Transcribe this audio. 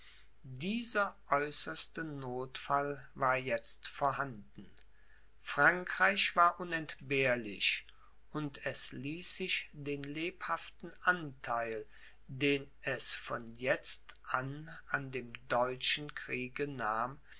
dieser äußerste nothfall war jetzt vorhanden frankreich war unentbehrlich und es ließ sich den lebhaften antheil den es von jetzt an an dem deutschen kriege nahm